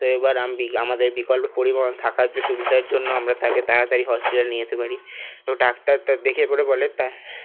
তো এবার আমি বি আমাদের বিকল্প পরিবহন থাকার যে সুবিধার জন্য আমরা তাকে তাড়াতাড়ি হসপিটালে নিয়ে যেতে পারি তো ডাক্তার তা দেখে পরে বলে